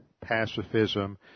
pacifism